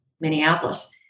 Minneapolis